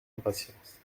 impatience